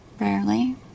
Rarely